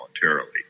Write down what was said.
voluntarily